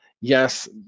yes